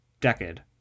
Decade